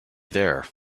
there